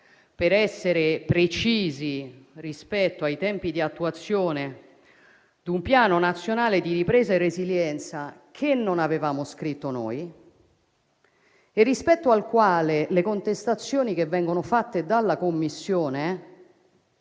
per essere precisi rispetto ai tempi di attuazione di un Piano nazionale di ripresa e resilienza che non avevamo scritto noi e rispetto al quale le contestazioni che vengono fatte dalla Commissione